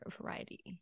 variety